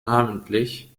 namentlich